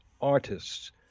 artists